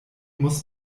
muss